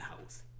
house